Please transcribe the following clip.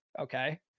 Okay